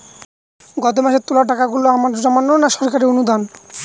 গত মাসের তোলা টাকাগুলো আমার জমানো না সরকারি অনুদান?